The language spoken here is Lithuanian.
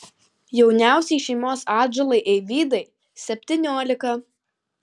jauniausiai šeimos atžalai eivydai septyniolika